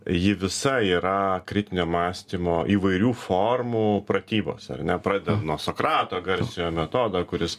ji visa yra kritinio mąstymo įvairių formų pratybos ar ne pradedant nuo sokrato garsiojo metodo kur jis